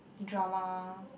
drama